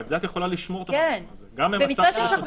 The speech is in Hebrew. אתם יכולים לבטל את ההחלטה על ההכרזה.